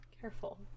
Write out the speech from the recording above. careful